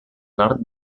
nord